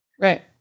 Right